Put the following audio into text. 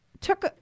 took